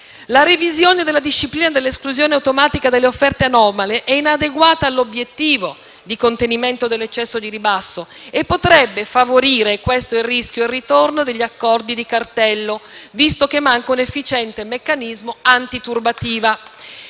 La revisione della disciplina dell'esclusione automatica delle offerte anomale è inadeguata all'obiettivo (di contenimento dell'eccesso di ribasso), e potrebbe favorire - ecco il rischio - il ritorno agli accordi di cartello, visto che manca un efficiente meccanismo anti turbativa.